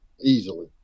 easily